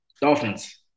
Dolphins